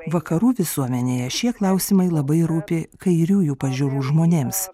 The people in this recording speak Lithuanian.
vakarų visuomenėje šie klausimai labai rūpi kairiųjų pažiūrų žmonėms